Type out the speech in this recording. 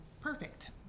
perfect